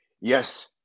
Yes